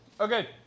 Okay